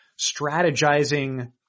strategizing